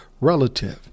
relative